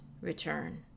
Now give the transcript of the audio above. return